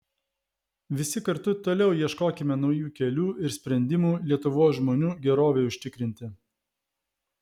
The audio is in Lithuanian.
visi kartu toliau ieškokime naujų kelių ir sprendimų lietuvos žmonių gerovei užtikrinti